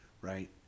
right